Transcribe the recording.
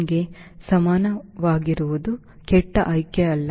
7 ಕ್ಕೆ ಸಮನಾಗಿರುವುದು ಕೆಟ್ಟ ಆಯ್ಕೆಯಾಗಿಲ್ಲ